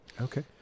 Okay